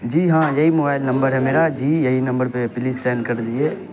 جی ہاں یہی mobile number ہے میرا جی یہی نمبر پہ پلیز سینڈ کر دیجیے